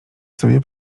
sobie